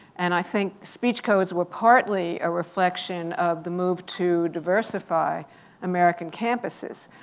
and i think speech codes were partly a reflection of the move to diversify american campuses.